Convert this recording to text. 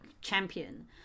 champion